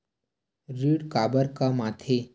ऋण काबर कम आथे?